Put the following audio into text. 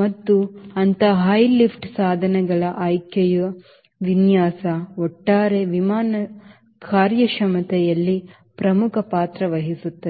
ಮತ್ತು ಅಂತಹ high lift ಸಾಧನಗಳ ಆಯ್ಕೆಯು ವಿನ್ಯಾಸ ಒಟ್ಟಾರೆ ವಿಮಾನ ಕಾರ್ಯಕ್ಷಮತೆಯಲ್ಲಿ ಪ್ರಮುಖ ಪಾತ್ರ ವಹಿಸುತ್ತದೆ